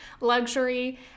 luxury